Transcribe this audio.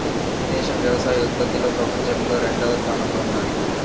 దేశం వ్యవసాయ ఉత్పత్తిలో పపంచంలో రెండవ స్థానంలో ఉన్నాది